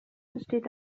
besteht